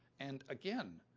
and again,